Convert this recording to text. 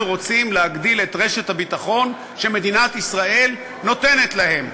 אנחנו רוצים להגדיל את רשת הביטחון שמדינת ישראל נותנת להם.